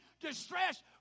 distress